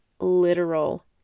literal